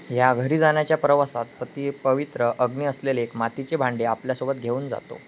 ह्या घरी जाण्याच्या प्रवासात पती एक पवित्र अग्नी असलेले एक मातीचे भांडे आपल्यासोबत घेऊन जातो